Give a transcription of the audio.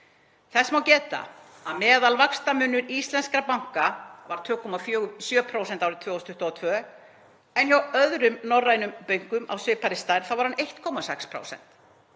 Þess má geta að meðalvaxtamunur íslenskra banka var 2,7% árið 2022 en hjá öðrum norrænum bönkum af svipaðri stærð var hann 1,6%,